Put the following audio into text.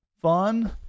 fun